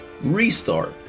restart